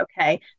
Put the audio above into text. okay